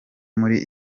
muri